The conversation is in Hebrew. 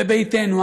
בביתנו,